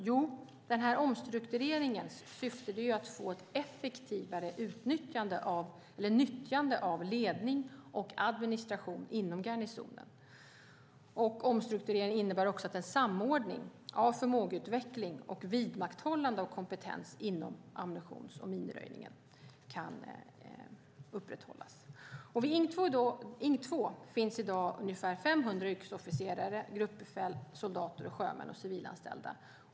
Jo, omstruktureringens syfte är att få ett effektivare nyttjande av ledning och administration inom garnisonen. Omstruktureringen innebär också att samordning av förmågeutveckling och vidmakthållande av kompetens inom ammunitions och minröjningen kan upprätthållas. Vid Ing 2 finns i dag ungefär 500 yrkesofficerare, gruppbefäl, soldater, sjömän och civilanställda.